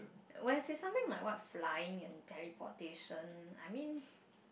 when it say something like what flying and teleportation I mean